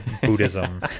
buddhism